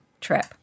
trip